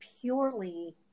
purely